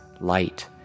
light